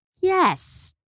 Yes